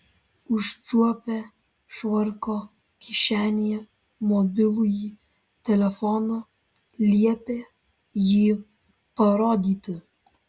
užčiuopę švarko kišenėje mobilųjį telefoną liepė jį parodyti